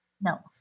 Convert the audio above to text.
no